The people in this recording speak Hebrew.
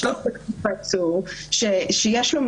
--- יש לו מידע,